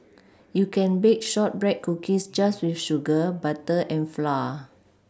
you can bake shortbread cookies just with sugar butter and flour